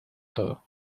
todo